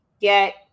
get